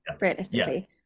realistically